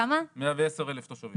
110,000 תושבים.